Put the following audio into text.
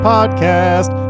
Podcast